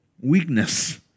weakness